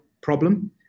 problem